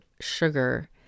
sugar